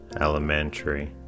elementary